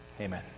Amen